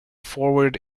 forward